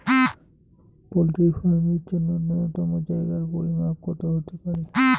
Poultry farm এর জন্য নূন্যতম জায়গার পরিমাপ কত হতে পারে?